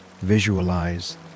Visualize